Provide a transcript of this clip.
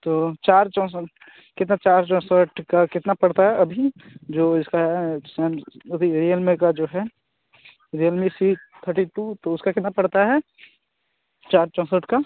तो चार चौसठ कितना चार चाैसठ का कितना पड़ता है अभी जो इसका है सैम अभी रियलमी का जो है रियलमी सी थट्टी टू तो उसका कितना पड़ता है चार चौसठ का